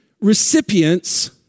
recipients